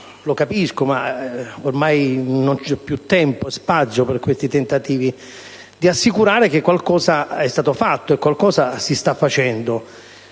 lo capisco, ma ormai non c'è più tempo e spazio per questi tentativi - di assicurare che qualcosa è stato fatto e che qualcosa si sta facendo,